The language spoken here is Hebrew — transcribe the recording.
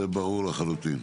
זה ברור לחלוטין.